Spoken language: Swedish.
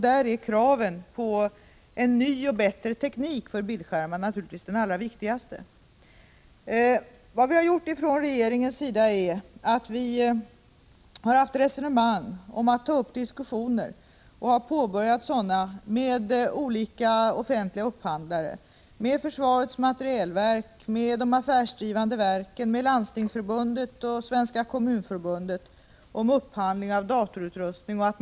Där är kraven på ny och bättre teknik för bildskärmar naturligtvis de allra viktigaste. Vi har inom regeringen haft resonemang om att ta upp diskussioner med offentliga upphandlare om inköp av datorutrustning — med försvarets materielverk, de affärsdrivande verken, Landstingsförbundet och Svenska kommunförbundet. Sådana diskussioner har också påbörjats.